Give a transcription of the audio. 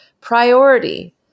priority